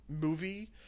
movie